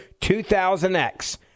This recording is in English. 2000X